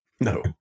No